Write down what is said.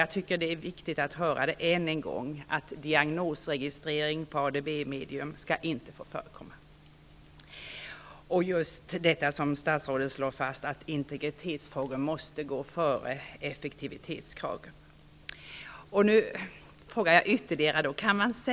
Jag tycker att det är viktigt att än en gång få höra att diagnosregistrering på ADB medium inte skall få förekomma och att statsrådet slår fast att integritetsfrågor måste gå före krav på effektivitet. Jag vill ställa ytterligare en fråga till statsrådet.